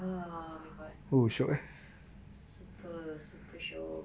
ah my god super super shiok